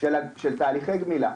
של תהליכי הגמילה.